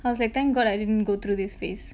I was like thank god I didn't go through this phase